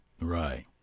Right